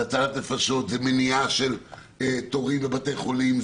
זאת מניעה של תורים בבתי חולים,